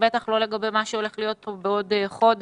ובטח לא לגבי מה שהולך להיות פה בעוד חודש.